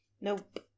Nope